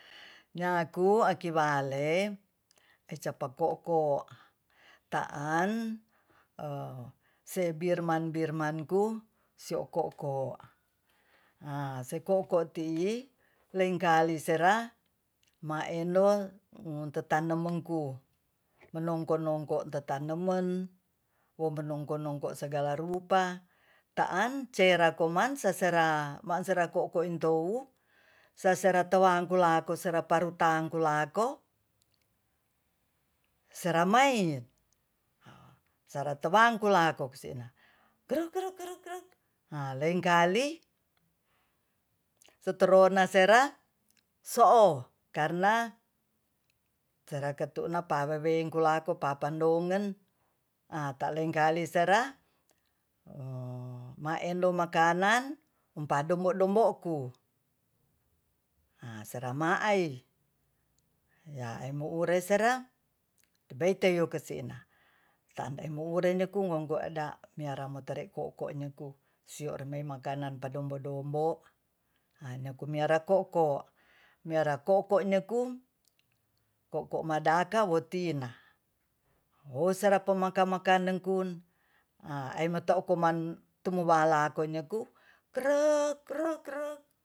Nyaku aki wale ecapa ko'ko taan se birman-birman ku sio ko'ko se ko'ko ti lengkali sera maendol tetamonengku monongkor-nongkor te tanemen wo monongkor-nongkor segala rupa taan cera koman sesera ma sera ko'ko intou sasera tawangkul lakuseraparutangkul ako seramai saratebangkulako senai kruk-kruk kruk-kruk lengkali seternonasera so'o karna terakatu napa wewingkilaku papandongen a lengkali sera ma endong makanan empardombo-dombo ku a seramai ya mo ure sera beytey yu kesina tan e moure nyeku wonggo da miara motere ko'ko nyeku sio reme makanan padombo-dombo hanyekum miara ko'ko- ko'ko madaka wetina o serapa-rapa maka nengkun a aymato kuman tumubalako nyeku kru-kru